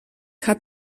hat